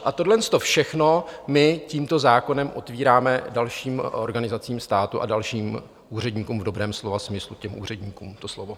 A tohleto všechno my tímto zákonem otvíráme dalším organizacím státu a dalším úředníkům, v dobrém slova smyslu těm úředníkům, to slovo.